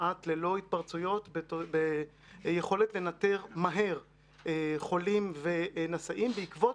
כמעט ללא התפרצויות ביכולת לנטר מהר חולים ונשאים בעקבות